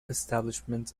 establishment